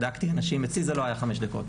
בדקתי אנשים, אצלי זה לא היה חמש דקות.